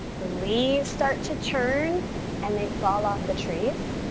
the leaves start to turn and they fall off the trees,